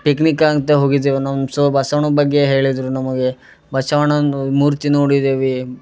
picnic ಅಂತ ಹೋಗಿದ್ದೇವೆ ನಮ್ಮ ಸರ್ ಬಸವಣ್ಣನ ಬಗ್ಗೆ ಹೇಳಿದ್ದರು ನಮಗೆ ಬಸವಣ್ಣಂದು ಮೂರ್ತಿ ನೋಡಿದ್ದೇವೆ